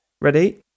Ready